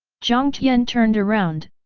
jiang tian turned around,